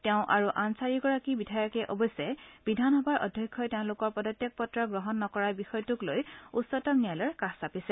তেওঁ আৰু অন্য চাৰিগৰাকী বিধায়কে অৱশ্যে বিধানসভাৰ অধ্যক্ষই তেওঁলোকৰ পদত্যাগ পত্ৰ গ্ৰহণ নকৰাৰ বিষয়টো উচ্চতম ন্যাযালয়ৰ কাষ চাপিছে